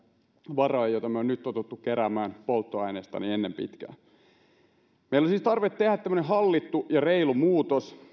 varoja joita me olemme nyt tottuneet keräämään polttoaineesta meillä on siis tarve tehdä tämmöinen hallittu ja reilu muutos